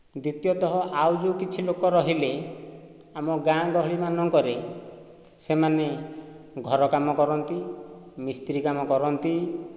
ଦ୍ୱିତୀୟତଃ ଆଉ ଯେଉଁ କିଛି ଲୋକ ରହିଲେ ଆମ ଗାଁ ଗହଳି ମାନଙ୍କରେ ସେମାନେ ଘର କାମ କରନ୍ତି ମିସ୍ତ୍ରୀ କାମ କରନ୍ତି